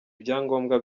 ibyangombwa